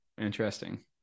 Interesting